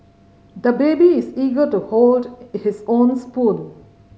the baby is eager to hold his own spoon